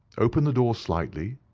open the door slightly.